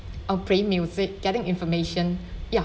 or play music getting information ya